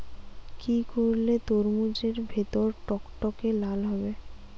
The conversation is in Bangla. কি করলে তরমুজ এর ভেতর টকটকে লাল হবে?